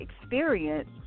experience